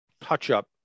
touch-up